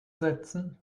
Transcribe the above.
setzen